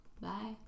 Bye